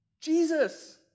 Jesus